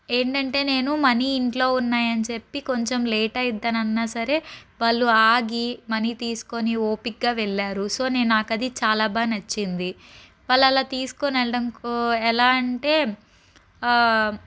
ఏంటంటే నేను మనీ ఇంట్లో ఉన్నాయని చెప్పి కొంచెం లేట్ అవుతుందన్నా సరే వాళ్ళు ఆగి మనీ తీసుకొని ఓపికగా వెళ్ళారు సో నే నాకు అది చాలా బాగా నచ్చింది వాళ్ళు అలా తీసుకొని వెళ్ళడం కూ ఎలా అంటే